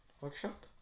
Workshop